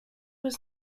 was